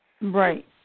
Right